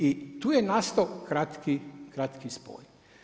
I tu je nastao kratki spoj.